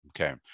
Okay